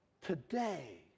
today